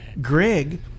Greg